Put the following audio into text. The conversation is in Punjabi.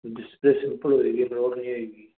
ਡਿਸਪਲੇਅ ਸਿੰਪਲ ਹੋਵੇਗੀ